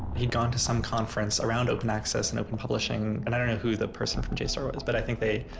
he gone to some conference around open access and open publishing and, i don't know who the person from jstor was, but i think they,